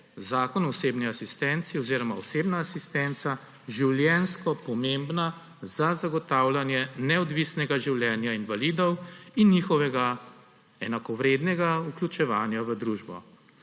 Zakon o osebni asistenci oziroma osebna asistenca življenjsko pomembna za zagotavljanje neodvisnega življenja invalidov in njihovega enakovrednega vključevanja v družbo.